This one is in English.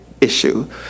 issue